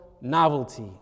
novelty